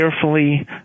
carefully